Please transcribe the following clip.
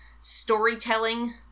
storytelling